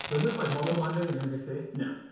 so, is this like model binding and in mvc? no.